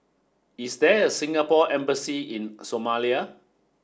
is there a Singapore embassy in Somalia